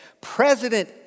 President